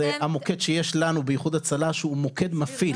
זה המוקד שיש לנו באיחוד הצלה שהוא מוקד מפעיל,